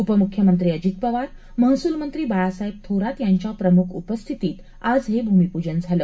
उपमुख्यमंत्री अजित पवार महसूलमंत्री बाळासाहेब थोरात यांच्या प्रमुख उपस्थितीत आज हे भूमीपूजन झालं